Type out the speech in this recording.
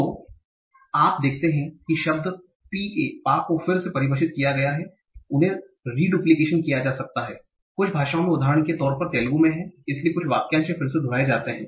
तो आप देखते हैं शब्द pa को फिर से परिभाषित किया गया है उन्हें रिडूप्लीकेशन किया जा सकता है कुछ भाषाओं में उदाहरण के तोर पर तेलुगु में है इसलिए कुछ वाक्यांश फिर से दोहराए जाते हैं